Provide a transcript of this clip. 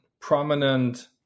prominent